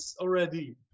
already